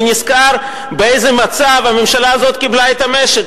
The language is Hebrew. אני נזכר באיזה מצב הממשלה הזאת קיבלה את המשק.